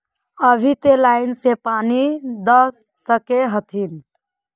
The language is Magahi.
अभी ते लाइन से भी पानी दा सके हथीन?